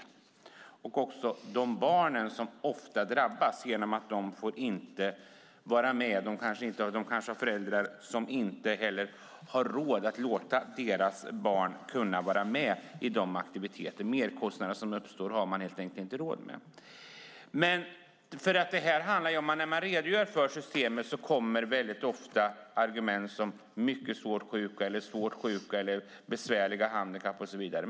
Det gäller också barnen, som ofta drabbas genom att de inte får vara med. De kanske har föräldrar som inte har råd att låta sina barn vara med i aktiviteter. Merkostnader som uppstår har de helt enkelt inte råd med. När man redogör för systemet kommer ofta argument och ord som mycket svårt sjuka, svårt sjuka, besvärliga handikapp och så vidare.